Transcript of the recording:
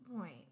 point